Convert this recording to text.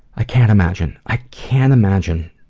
i can't imagine. i can't imagine,